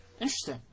Interesting